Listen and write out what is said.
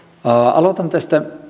aloitan tästä